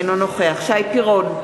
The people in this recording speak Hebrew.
אינו נוכח שי פירון,